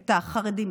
את החרדים,